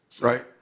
Right